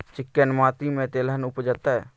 चिक्कैन माटी में तेलहन उपजतै?